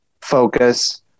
focus